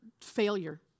failure